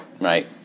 right